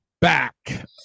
back